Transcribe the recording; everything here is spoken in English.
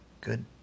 good